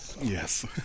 yes